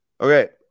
Okay